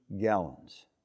gallons